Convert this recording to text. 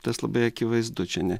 tas labai akivaizdu čia ne